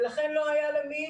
ולכן לא היה למי